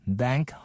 bank